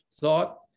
thought